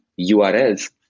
URLs